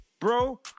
bro